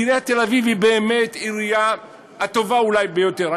עיריית תל-אביב היא אולי העירייה הטובה ביותר,